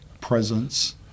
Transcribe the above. presence